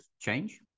change